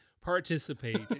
participate